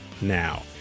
now